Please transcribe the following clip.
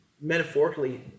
Metaphorically